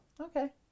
Okay